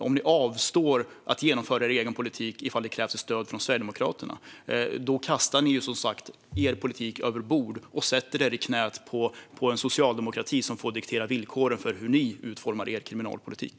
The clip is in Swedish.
Om ni avstår från att genomföra er egen politik ifall det krävs stöd från Sverigedemokraterna kastar ni som sagt er politik över bord och sätter er i knät på en socialdemokrati som får diktera villkoren för hur ni utformar er kriminalpolitik.